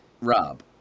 rob